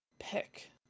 pick